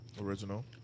original